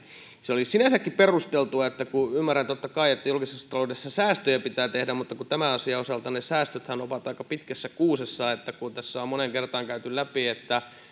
se olisi sinänsäkin perusteltua vaikka ymmärrän totta kai että julkisessa taloudessa säästöjä pitää tehdä kun tämän asian osalta säästöthän ovat aika pitkässä kuusessa eli kun tässä on moneen kertaan käyty läpi se että